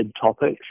topics